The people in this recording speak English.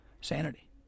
Sanity